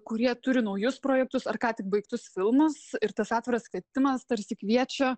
kurie turi naujus projektus ar ką tik baigtus filmus ir tas atviras kvietimas tarsi kviečia